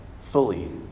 fully